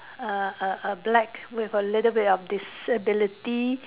err err a black with a little bit of disability